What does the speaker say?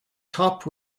top